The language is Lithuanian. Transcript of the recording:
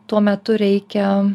tuo metu reikia